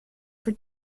for